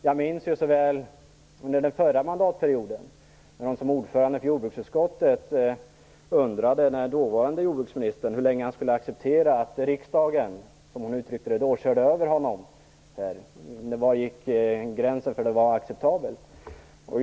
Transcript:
Jag minns så väl när hon förra mandatperioden som ordförande i jordbruksutskottet undrade hur länge den dåvarande jordbruksministern skulle acceptera att riksdagen, som hon uttryckte det, körde över honom. Var gick gränsen för det acceptabla?